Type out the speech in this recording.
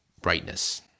brightness